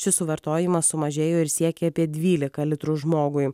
šis suvartojimas sumažėjo ir siekė apie dvylika litrų žmogui